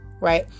Right